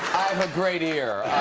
have great ear.